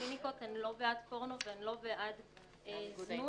הקליניקות הן לא בעד פורנו והן לא בעד זנות,